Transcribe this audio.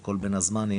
בכל 'בין הזמנים',